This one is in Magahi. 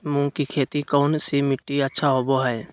मूंग की खेती कौन सी मिट्टी अच्छा होबो हाय?